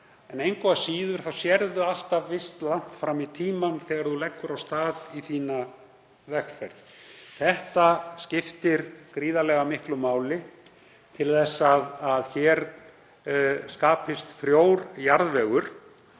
en engu að síður sérðu alltaf visst langt fram í tímann þegar þú leggur af stað í þína vegferð. Þetta skiptir gríðarlega miklu máli til þess að hér skapist frjór jarðvegur